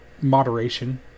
moderation